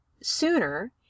sooner